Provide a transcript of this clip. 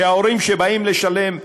שהורים שבאים לשלם,